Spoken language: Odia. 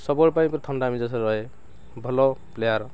ସବୁବେଳେ ପାଇଁ ଥଣ୍ଡା ରହେ ଭଲ ପ୍ଲେୟାର୍